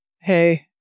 hey